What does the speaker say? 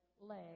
leg